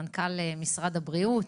מנכ"ל משרד הבריאות,